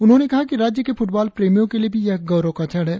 उन्होंने कहा कि राज्य के फुटबॉल प्रेमियों के लिए भी यह गौरव का क्षण है